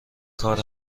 کار